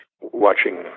Watching